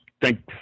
thanks